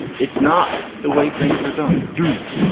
it's not the way things are done do.